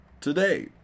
today